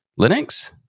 Linux